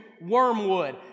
Wormwood